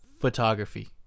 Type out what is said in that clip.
photography